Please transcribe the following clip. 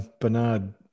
bernard